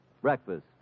Breakfast